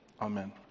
Amen